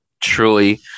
truly